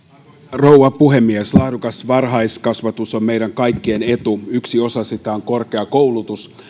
rouva puhemies laadukas varhaiskasvatus on meidän kaikkien etu yksi osa sitä on korkea koulutus